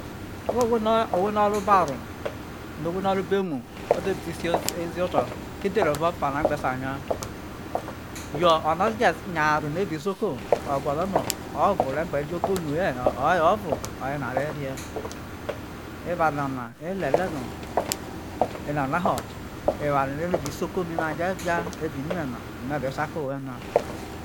ono owho no̠ o̠ro baro no̠ owho no o̠ro̠ obo̠ emu ote sei zio̠ oto̠ ke edhere ve̠ ofa a je̠ sai nya? Yo̠ ono̠ o̠je nyaharo no evao isoko o̠gwo̠lo̠ no owho o̠vo o̠ve̠ gbe̠ jo̠ obo̠ emu ye̠he̠, o̠ye o̠vo o̠ye are rie eva nana oye lielie no ena na ho oware no ebe jo̠ eva isoko mi na via.